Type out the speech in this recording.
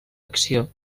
acció